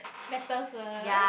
matters lah